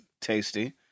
tasty